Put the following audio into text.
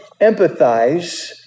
empathize